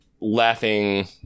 laughing